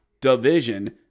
division